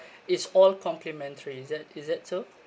it's all complimentary is that is that so